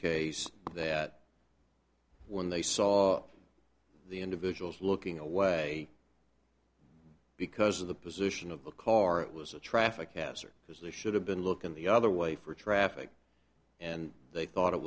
case when they saw the individuals looking away because of the position of the car it was a traffic hazard because they should have been looking the other way for traffic and they thought it